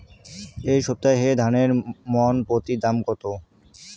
এই সপ্তাহে ধানের মন প্রতি দাম কত?